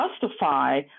justify